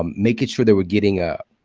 um making sure that we're getting a